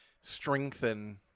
strengthen